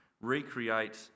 recreate